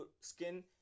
skin